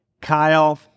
Kyle